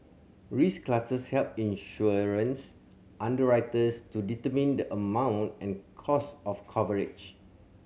risk classes help insurance underwriters to determine the amount and cost of coverage